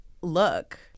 look